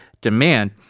demand